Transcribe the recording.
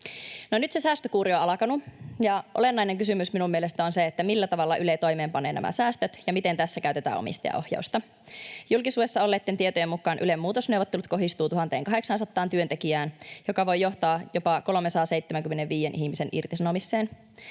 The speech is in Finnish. nyt se säästökuuri on alkanut, ja olennainen kysymys minun mielestäni on se, millä tavalla Yle toimeenpanee nämä säästöt ja miten tässä käytetään omistajaohjausta. Julkisuudessa olleitten tietojen mukaan Ylen muutosneuvottelut kohdistuvat 1 800 työntekijään ja voivat johtaa jopa 375 ihmisen irtisanomiseen.